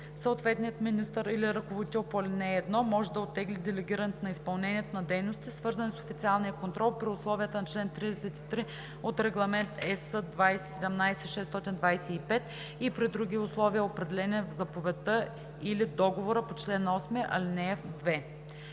Съответният министър или ръководител по ал. 1 може да оттегли делегирането на изпълнението на дейности, свързани с официалния контрол, при условията на чл. 33 от Регламент (ЕС) 2017/625 и при други условия, определени в заповедта или договора по чл. 8, ал. 2.“